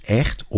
echt